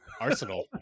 Arsenal